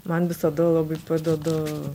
man visada labai padeda